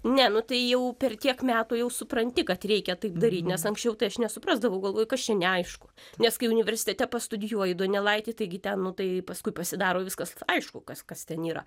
ne nu tai jau per tiek metų jau supranti kad reikia taip daryt nes anksčiau tai aš nesuprasdavau galvojau kas čia neaišku nes kai universitete pastudijuoji donelaitį taigi ten nu tai paskui pasidaro viskas aišku kas kas ten yra